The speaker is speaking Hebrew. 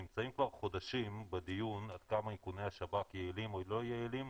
אנחנו נמצאים חודשים בדיון עד כמה איכוני השב"כ יעילים או לא יעילים,